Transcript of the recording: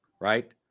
Right